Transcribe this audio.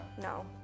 no